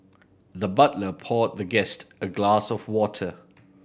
the butler poured the guest a glass of water